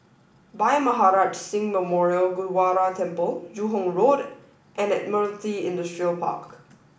Bhai Maharaj Singh Memorial Gurdwara Temple Joo Hong Road and Admiralty Industrial Park